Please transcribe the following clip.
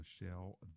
Michelle